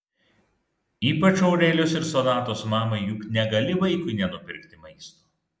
ypač aurelijos ir sonatos mamai juk negali vaikui nenupirkti maisto